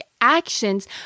actions